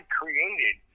created